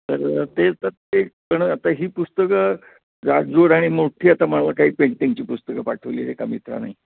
तर ते तर ते पण आता ही पुस्तकं जाडजूड आणि मोठी असल्यामुळं काही पेंटिंगची पुस्तकं पाठवली आहे एका मित्राने